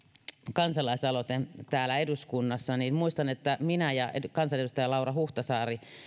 kansalaisaloite oli kaksituhattaseitsemäntoista täällä eduskunnassa muistan että minä ja kansanedustaja laura huhtasaari